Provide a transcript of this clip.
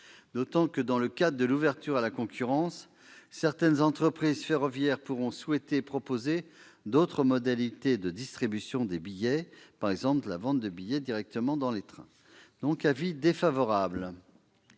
d'autant que, dans le cadre de l'ouverture à la concurrence, certaines entreprises ferroviaires pourront souhaiter proposer d'autres modalités de distribution des billets, par exemple la vente de billets directement dans les trains. La commission